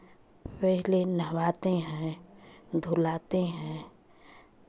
पहले नहवाते हैं धुलाते हैं